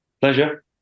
pleasure